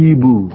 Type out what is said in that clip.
Ibu